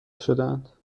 شدهاند